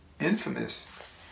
infamous